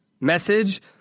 message